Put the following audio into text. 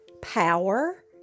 Power